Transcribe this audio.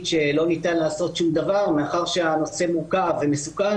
שלא ניתן לעשות שום דבר מאחר שהנושא מורכב ומסוכן